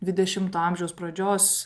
dvidešimto amžiaus pradžios